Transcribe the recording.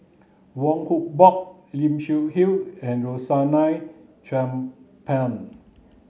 Wong Hock Boon Lim Seok Hui and Rosaline Chan Pang